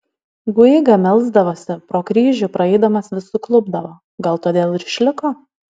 guiga melsdavosi pro kryžių praeidamas vis suklupdavo gal todėl ir išliko